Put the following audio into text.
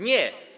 Nie.